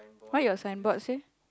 what your sign board say